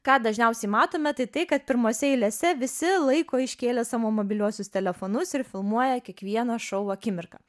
ką dažniausiai matome tai tai kad pirmose eilėse visi laiko iškėlę savo mobiliuosius telefonus ir filmuoja kiekvieną šou akimirką